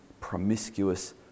promiscuous